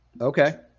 Okay